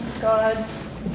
God's